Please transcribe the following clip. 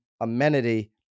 amenity